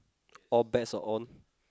all bets are on